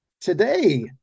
Today